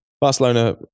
Barcelona